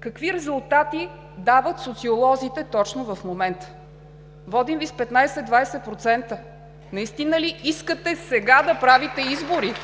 какви резултати дават социолозите точно в момента – водим Ви с 15 – 20%. Наистина ли искате сега да правите избори?!